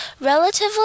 relatively